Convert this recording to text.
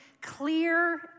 clear